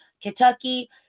Kentucky